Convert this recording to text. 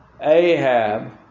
Ahab